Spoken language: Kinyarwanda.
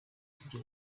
iryo